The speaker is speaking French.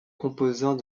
composant